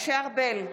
בבקשה.